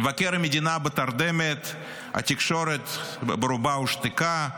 מבקר המדינה בתרדמת, התקשורת ברובה הושתקה,